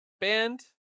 band